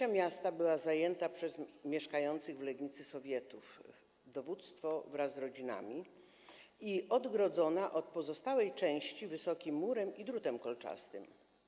1/3 miasta była zajęta przez mieszkających w Legnicy sowietów, dowództwo wraz z rodzinami, i odgrodzona od pozostałej części wysokim murem i drutem kolczastym.